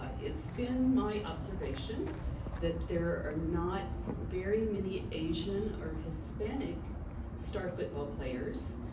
ah it's been my observation that there are not very many asian or hispanic star football players,